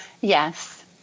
Yes